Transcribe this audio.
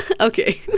Okay